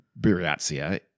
Buryatia